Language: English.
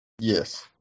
Yes